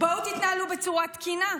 בואו תתנהלו בצורה תקינה.